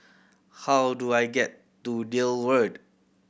how do I get to Deal Road